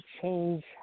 change